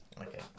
Okay